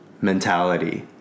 mentality